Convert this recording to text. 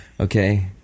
Okay